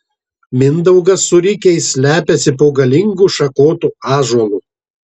mindaugas su rikiais slepiasi po galingu šakotu ąžuolu